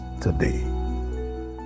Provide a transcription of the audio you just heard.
today